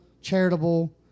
charitable